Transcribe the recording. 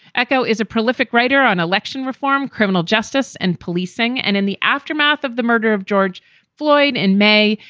echo is a prolific writer on election reform, criminal justice and policing. and in the aftermath of the murder of george floyd in may,